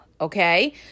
Okay